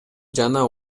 жана